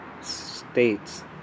states